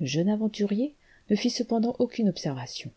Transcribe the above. le jeune aventurier ne fit cependant aucune observation